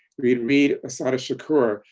we'd read assata shakur.